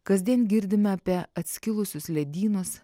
kasdien girdime apie atskilusius ledynus